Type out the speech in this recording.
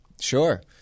sure